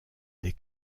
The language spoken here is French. des